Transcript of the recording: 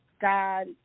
God